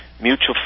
mutual